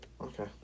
Okay